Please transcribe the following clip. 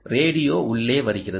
radio உள்ளே வருகிறது